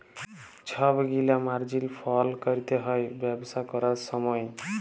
ছব গিলা মার্জিল ফল ক্যরতে হ্যয় ব্যবসা ক্যরার সময়